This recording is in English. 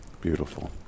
Beautiful